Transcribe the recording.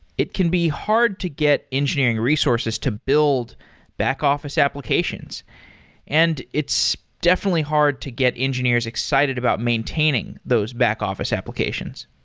it can be hard to get engineering resources to build back-office applications and it's definitely hard to get engineers excited about maintaining those back-office applications.